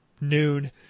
noon